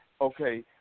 Okay